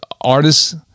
artists